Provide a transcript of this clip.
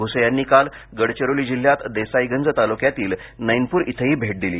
भूसे यांनी काल गडचिरोली जिल्ह्यात देसाईगंज तालुक्यातील नैनपूर इथंही भेट दिली